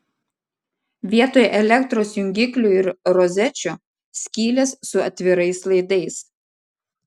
vietoj elektros jungiklių ir rozečių skylės su atvirais laidais